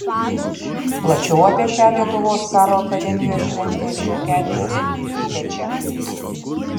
plačiau apie šią lietuvos karo akademijos šventę ir šiokiadienius skaitykite čia